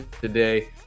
today